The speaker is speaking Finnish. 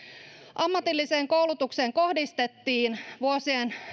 ammatilliseen koulutukseen kohdistettiin vuosien